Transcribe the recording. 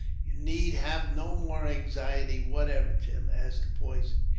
you need have no more anxiety whatever, tim, as to poison.